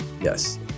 Yes